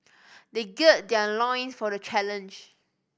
they gird their loins for the challenge